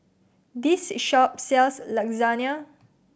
this shop sells Lasagne